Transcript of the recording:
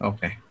Okay